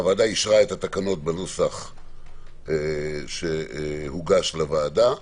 הוועדה אישרה את התקנות בנוסח שהוגש לוועדה.